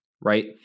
right